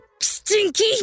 stinky